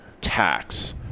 tax